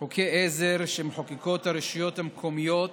חוקי עזר שמחוקקות הרשויות המקומיות